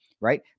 Right